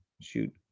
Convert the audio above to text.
shoot